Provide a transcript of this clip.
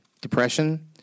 depression